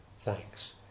thanks